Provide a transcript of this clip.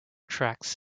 tracks